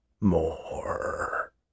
More